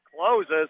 Closes